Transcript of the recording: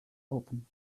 open